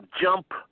jump